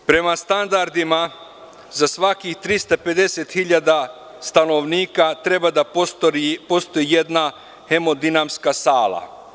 Prema standardima za svakih 350 hiljada stanovnika treba da postoji jedna hemodinamska sala.